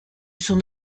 son